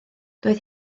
doedd